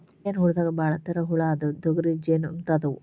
ಜೇನ ಹುಳದಾಗ ಭಾಳ ತರಾ ಹುಳಾ ಅದಾವ, ತೊಗರಿ ಜೇನ ಮುಂತಾದವು